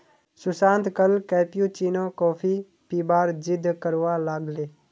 सुशांत कल cappuccino coffee पीबार जिद्द करवा लाग ले